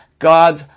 God's